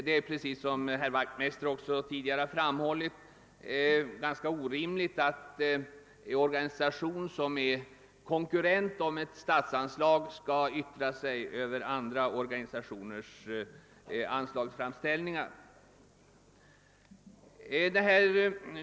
Det är, som herr Wachtmeister tidigare har framhållit, ganska orimligt att en organisation som är konkurrent om ett statsanslag skall yttra sig över andra organisationers anslagsframställningar.